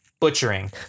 Butchering